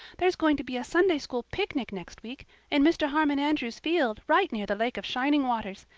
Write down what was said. there's going to be a sunday-school picnic next week in mr. harmon andrews's field right near the lake of shining waters.